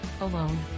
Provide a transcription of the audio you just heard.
alone